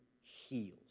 heals